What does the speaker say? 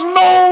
no